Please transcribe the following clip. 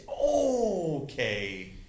Okay